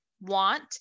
want